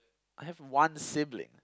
I have one sibling